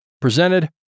presented